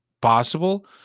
possible